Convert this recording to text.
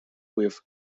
with